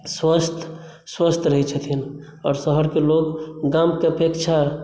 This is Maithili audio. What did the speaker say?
स्वस्थ स्वस्थ रहैत छथिन आओर शहरके लोक गामके अपेक्षा